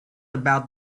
about